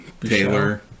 Taylor